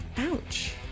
Ouch